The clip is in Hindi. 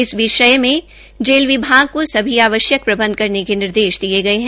इस विषय मे जेल विभाग को सभी आवश्यक प्रबन्ध करने के निर्देश दिए गए है